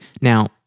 Now